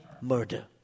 murder